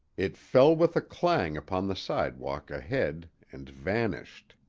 it fell with a clang upon the sidewalk ahead and vanished!